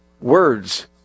words